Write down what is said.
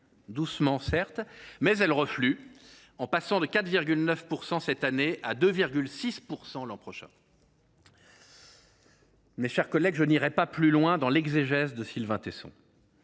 doucement certes, mais elle reflue, en passant de 4,9 % cette année à 2,6 % l’an prochain. Mes chers collègues, je n’irai pas plus loin dans l’exégèse de Sylvain Tesson.